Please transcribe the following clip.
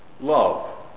Love